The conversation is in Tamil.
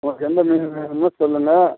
உங்களுக்கு எந்த மீன் வேணுமோ சொல்லுங்கள்